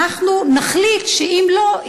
אנחנו נחליט שאם לא,